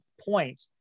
point